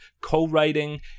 co-writing